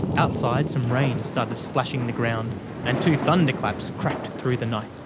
outside some rain started splashing the ground and two thunder claps cracked through the night.